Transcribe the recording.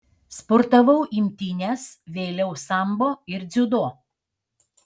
sportavau imtynes vėliau sambo ir dziudo